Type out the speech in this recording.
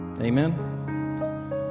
Amen